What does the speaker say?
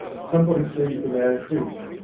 somebody seized the man's wrist,